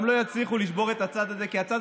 גם לא יצליחו לשבור את הצד הזה כי הצד